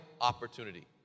opportunity